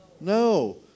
No